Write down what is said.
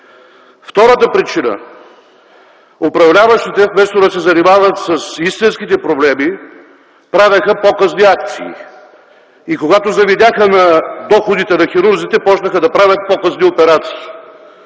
Втората причина е, че управляващите, вместо да се занимават с истинските проблеми, правеха показни акции и когато завидяха на доходите на хирурзите, започнаха да правят показни операции